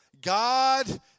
God